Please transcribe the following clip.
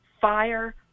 fire